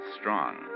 strong